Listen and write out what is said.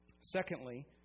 Secondly